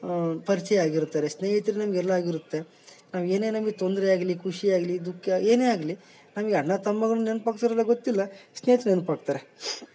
ಪರಿಚಯ ಆಗಿರುತ್ತಾರೆ ಸ್ನೇಹಿತರೆ ನಮಗೆಲ್ಲಾ ಆಗಿರುತ್ತೆ ನಾವು ಏನೇ ನಮಗೆ ತೊಂದರೆ ಆಗಲಿ ಖುಷಿ ಆಗಲಿ ದುಃಖ ಏನೇ ಆಗಲಿ ನಮಗೆ ಅಣ್ಣ ತಮ್ಮ ನೆನ್ಪು ಆಗ್ತಾರೋ ಇಲ್ಲೊ ಗೊತ್ತಿಲ್ಲ ಸ್ನೇಹಿತ್ರು ನೆನ್ಪು ಆಗ್ತಾರೆ